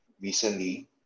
recently